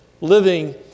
living